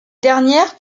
dernières